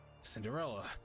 Cinderella